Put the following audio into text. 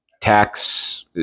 tax